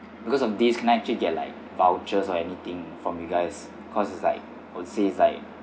because of this can I actually get like vouchers or anything from you guys causes like since like